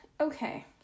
okay